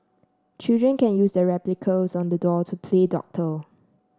children can use the replicas on the dolls to play doctor